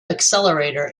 accelerator